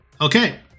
Okay